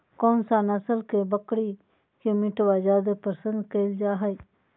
कौन सा नस्ल के बकरी के मीटबा जादे पसंद कइल जा हइ?